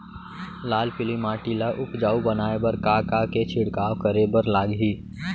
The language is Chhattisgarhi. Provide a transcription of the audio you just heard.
लाल पीली माटी ला उपजाऊ बनाए बर का का के छिड़काव करे बर लागही?